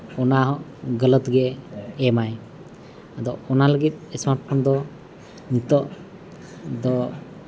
ᱚᱱᱟ ᱜᱟᱞᱟᱛ ᱜᱮ ᱮᱢᱟᱭ ᱟᱫᱚ ᱚᱱᱟ ᱞᱟᱹᱜᱤᱫ ᱮᱥᱢᱟᱴ ᱯᱷᱳᱱ ᱫᱚ ᱱᱤᱛᱳᱜ ᱫᱚ